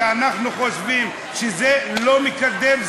כי אנחנו חושבים שזה לא מקדם,